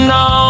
no